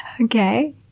Okay